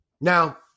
Now